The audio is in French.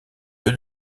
lieu